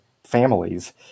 Families